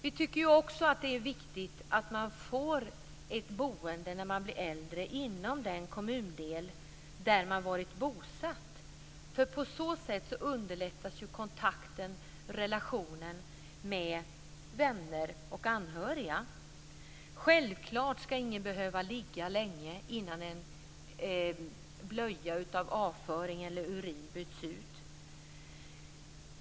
Vi tycker också att det är viktigt att man när man blir äldre får ett boende inom den kommundel där man har varit bosatt. På så sätt underlättas kontakten och relationen med vänner och anhöriga. Självklart skall ingen behöva ligga länge innan en blöja med avföring eller urin byts ut.